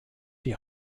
die